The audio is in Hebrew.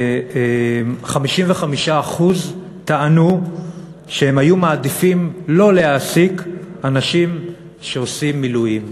55% טענו שהם היו מעדיפים שלא להעסיק אנשים שעושים מילואים.